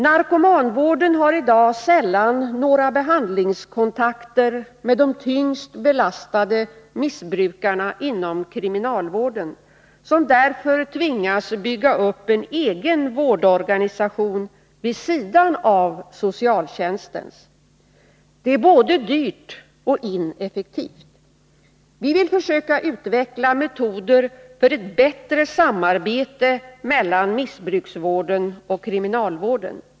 Narkomanvården har i dag sällan några behandlingskontakter med de tyngst belastade missbrukarna inom kriminalvården, som därför tvingas bygga upp en egen vårdorganisation vid sidan av socialtjänstens. Det är både dyrt och ineffektivt. Vi vill försöka utveckla metoder för ett bättre samarbete mellan missbruksvården och kriminalvården.